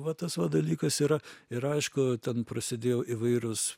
va tas va dalykas yra ir aišku ten prasidėjo įvairūs